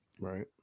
Right